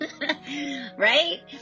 right